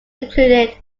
included